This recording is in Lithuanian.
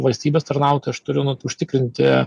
valstybės tarnautojo aš turiu nu užtikrinti